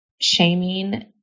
shaming